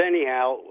anyhow